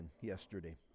yesterday